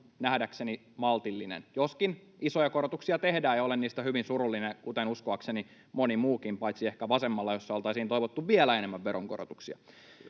nähdäkseni maltillinen — joskin isoja korotuksia tehdään, ja olen niistä hyvin surullinen, kuten uskoakseni moni muukin, paitsi ehkä vasemmalla, jossa oltaisiin toivottu vielä enemmän veronkorotuksia.